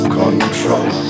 control